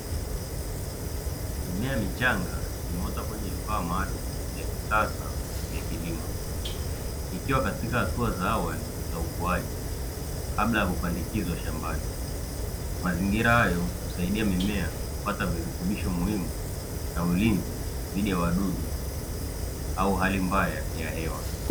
Mimea michanga imeota kwenye vifaa maalumu vya kisasa vya kilimo, ikiwa katika hatua za awali za ukuaji, kabla ya kupandikizwa shambani; mazingira hayo usaidia mimea kupata virutubisho muhimu na ulinzi dhidi ya wadudu au hali mbaya ya hewa.